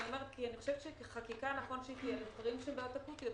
כי אני חושבת שכחקיקה נכון שהיא תהיה בדברים שהם בעיות אקוטיות.